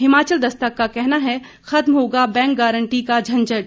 हिमाचल दस्तक का कहना है खत्म होगा बैंक गारंटी का झंझट